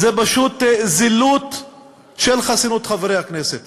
זה פשוט זילות של חסינות חברי הכנסת.